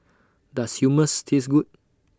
Does Hummus Taste Good